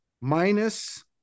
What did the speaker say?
Minus